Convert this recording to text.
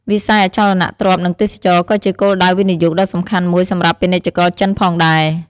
វិស័យអចលនទ្រព្យនិងទេសចរណ៍ក៏ជាគោលដៅវិនិយោគដ៏សំខាន់មួយសម្រាប់ពាណិជ្ជករចិនផងដែរ។